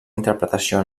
interpretació